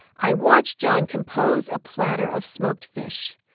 i watch john compose a platter of smoked fish,